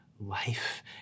life